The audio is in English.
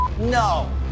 No